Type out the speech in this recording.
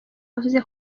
yavuze